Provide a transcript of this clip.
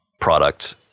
product